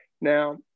Now